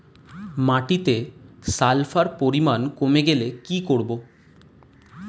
মাটিতে সালফার পরিমাণ কমে গেলে কি করব?